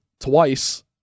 twice